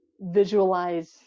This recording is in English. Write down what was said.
visualize